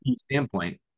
standpoint